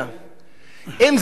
אם אלה שרי הממשלה,